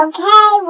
Okay